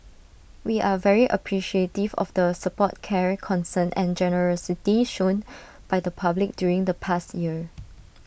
we are very appreciative of the support care concern and generosity shown by the public during the past year